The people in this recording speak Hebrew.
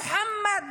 מוחמד